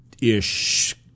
ish